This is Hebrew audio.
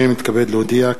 אני מתכבד להודיע,